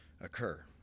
occur